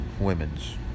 women's